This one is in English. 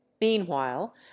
meanwhile